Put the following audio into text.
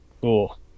Cool